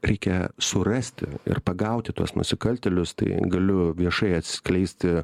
reikia surasti ir pagauti tuos nusikaltėlius tai galiu viešai atskleisti